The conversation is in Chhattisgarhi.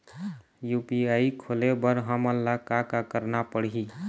यू.पी.आई खोले बर हमन ला का का करना पड़ही?